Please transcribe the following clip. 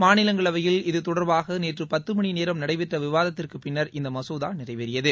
மாநிலங்களவையில் இது தொடர்பாக நேற்று பத்து மணி நேரம் நடைபெற்ற விவாதத்திற்கு பின்னர் இந்த மசோதா நிறைவேறியது